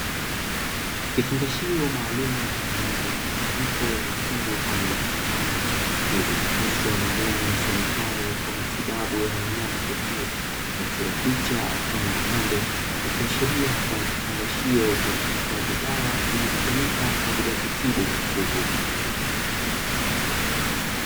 Kifungashio maalum chenye rangi ya mchanganyiko, nyekundu pamoja na manjano, kilichochapishwa maneno yasomekayo 'Kwa matibabu ya wanyama pekee' na kuchorwa picha mfano wa ng'ombe, ikiaashiria kuwa ni kifungashio kilichohifadhi dawa zinazotumika kwa ajili ya kutibu mifugo.